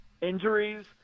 injuries